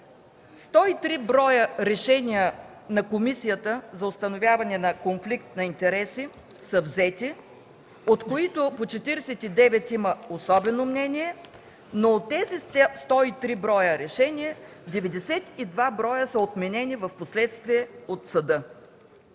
три броя решения на Комисията за установяване на конфликт на интереси са взети, от които по 49 има особено мнение, но от тези 103 броя решения 92 броя са отменени впоследствие от съда.